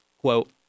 Quote